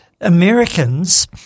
Americans